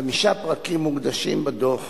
חמישה פרקים מוקדשים בדוח